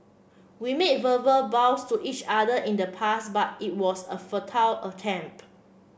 we made verbal vows to each other in the past but it was a futile attempt